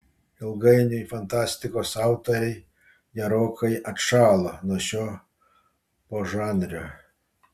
ilgainiui fantastikos autoriai gerokai atšalo nuo šio požanrio